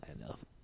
enough